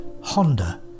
Honda